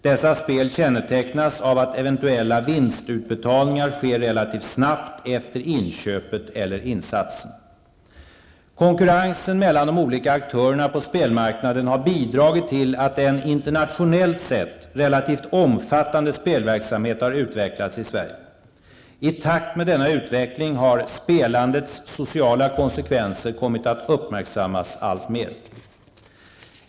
Dessa spel kännetecknas av att eventuella vinstutbetalningar sker relativt snabbt efter inköpet eller insatsen. Konkurrensen mellan de olika aktörerna på spelmarknaden har bidragit till att en, internationellt sett, relativt omfattande spelverksamhet har utvecklats i Sverige. I takt med denna utveckling har spelandets sociala konsekvenser kommit att uppmärksammas alltmer.